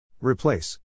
Replace